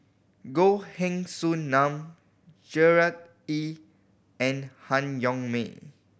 Goh Heng Soon Sam Gerard Ee and Han Yong May